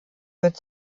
wird